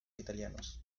italianos